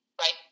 right